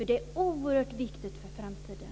Det är oerhört viktigt för framtiden.